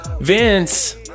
Vince